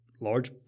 large